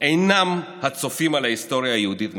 אינם צופים על ההיסטוריה היהודית מהצד,